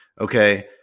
Okay